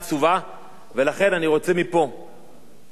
לכן אני רוצה לקרוא מפה לשר אלי ישי